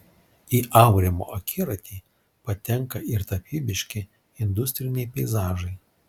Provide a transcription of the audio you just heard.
į aurimo akiratį patenka ir tapybiški industriniai peizažai